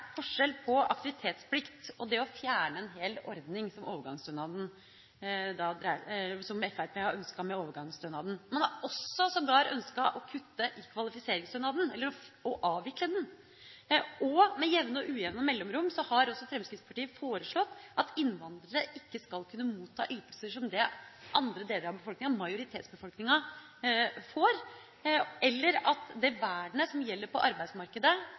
forskjell på aktivitetsplikt og det å fjerne en hel ordning som overgangsstønaden, som Fremskrittspartiet har ønsket. Man har sågar ønsket å kutte i kvalifiseringsstønaden, eller å avvikle den. Med ujevne mellomrom har Fremskrittspartiet også foreslått at innvandrere ikke skal kunne motta ytelser som de andre deler av befolkninga – majoritetsbefolkninga – får, eller at det vernet som gjelder på arbeidsmarkedet,